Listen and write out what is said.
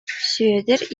сүөдэр